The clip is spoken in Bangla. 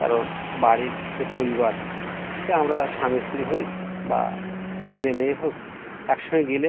কারণ বাড়ির যে পরিবার সে আমরা স্বামী স্ত্রী হই বা ছেলে মেয়ে হোক একসঙ্গে গেলে